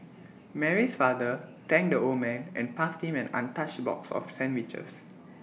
Mary's father thanked the old man and passed him an untouched box of sandwiches